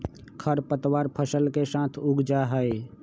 खर पतवार फसल के साथ उग जा हई